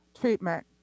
treatment